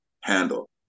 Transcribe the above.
handle